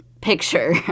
picture